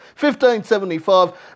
1575